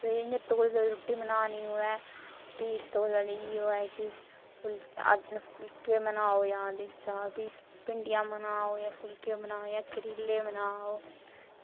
ते इंया तौल तौले रुट्टी बनानी होऐ भी तौले नेहे उऐ कि फुल्के बनाओ जां भी भिंडियां बनाओ जा भी फुलके बनाओ जां भी करेले बनाओ